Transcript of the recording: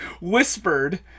whispered